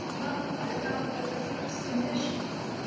but what about those six conditions?